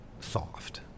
soft